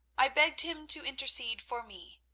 i begged him to intercede for me.